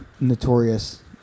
notorious